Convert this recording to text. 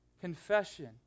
Confession